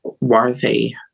worthy